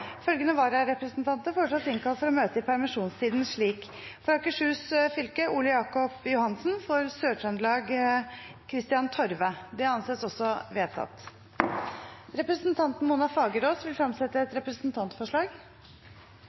Følgende vararepresentanter innkalles for å møte i permisjonstiden slik: For Akershus fylke: Ole-Jacob Johansen For Sør-Trøndelag: Kristian Torve Representanten Mona Fagerås vil fremsette et representantforslag.